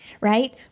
right